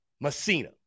Messina